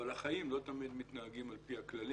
אבל החיים לא תמיד מתנהגים על פי הכללים.